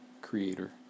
creator